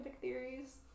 theories